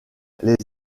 les